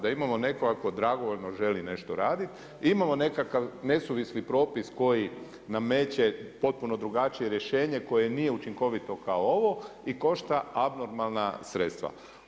Da imamo nekoga tko dragovoljno želi nešto raditi, imamo nekakav nesuvisli propis koji nameće potpuno drugačije rješenje koje nije učinkovito kao ovo i košta abnormalna sredstva.